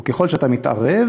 וככל שאתה מתערב,